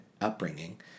upbringing